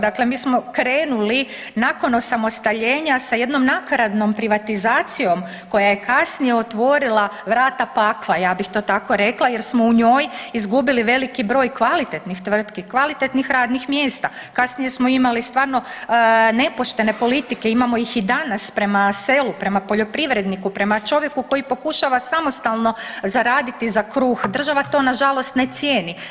Dakle, mi smo krenuli nakon osamostaljenja sa jednom nakaradnom privatizacijom koja je kasnije otvorila vrata pakla, ja bih to tako rekla jer smo u njoj izgubili veliki broj kvalitetnih tvrtki, kvalitetnih radnih mjesta, kasnije smo imali stvarno nepoštene politike, imamo ih i danas prema selu, prema poljoprivredniku, prema čovjeku koji pokušava samostalno zaraditi za kruh, država to nažalost ne cijeni.